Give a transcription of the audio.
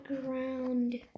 ground